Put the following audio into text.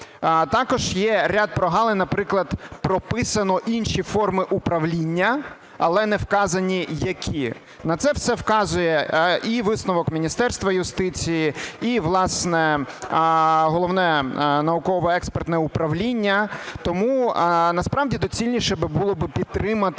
Також є ряд прогалин. Наприклад, прописано інші форми управління, але не вказані які. На це все вказує і висновок Міністерства юстиції, і, власне, Головне науково-експертне управління. Тому насправді доцільніше було би підтримати,